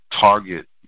target